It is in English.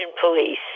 police